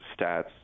stats